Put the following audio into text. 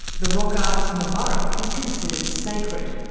the rock art on the burrup is considered sacred,